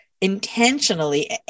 intentionally